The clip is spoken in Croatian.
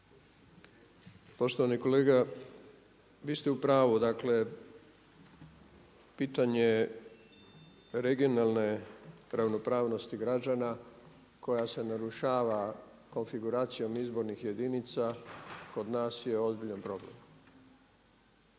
Poštovani kolega vi ste u pravu. Dakle, pitanje regionalne ravnopravnosti građana koja se narušava konfiguracijom izbornih jedinica kod nas je ozbiljan problem.